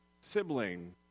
sibling